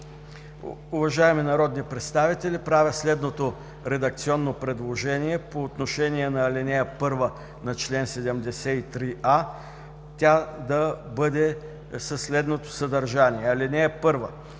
Уважаеми народни представители, правя следното редакционно предложение по отношение на ал. 1 на чл. 73а – тя да бъде със следното съдържание: